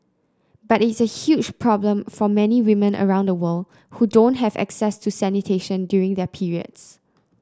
but it's a huge problem for many women around the world who don't have access to sanitation during their periods